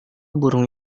burung